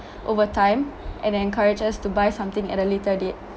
over time and encourage us to buy something at a later date